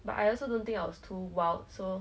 but I also don't think I was too wild so